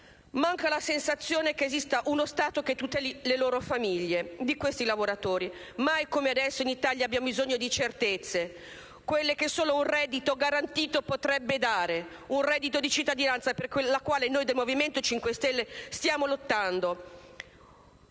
Manca la sensazione che esista uno Stato che tuteli loro e le loro famiglie! Mai come adesso in Italia abbiamo bisogno di certezze, quelle che solo un reddito garantito potrebbe dare: un reddito di cittadinanza, per il quale noi del Movimento 5 Stelle stiamo lottando!